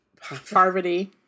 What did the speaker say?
poverty